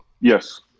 Yes